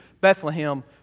Bethlehem